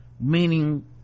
meaning